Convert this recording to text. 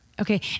Okay